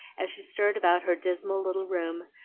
as she stirred about her dismal little room,